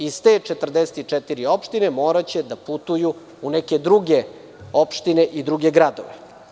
Iz te 44 opštine moraće da putuju u neke druge opštine i druge gradove.